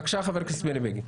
בבקשה, חבר הכנסת בני בגין.